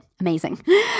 amazing